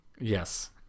Yes